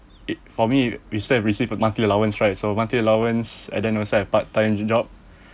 it for me we still have received monthly allowance right so monthly allowance and then also a part time job